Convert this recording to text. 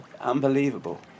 Unbelievable